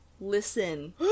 listen